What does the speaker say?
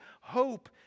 hope